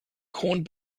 corned